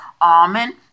almond